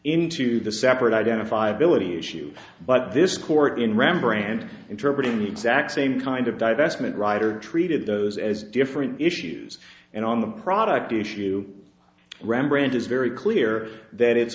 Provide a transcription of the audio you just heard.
into the separate identifiability issue but this court in rembrandt interpreted in the exact same kind of divestment rider treated those as different issues and on the product issue rembrandt is very clear that it's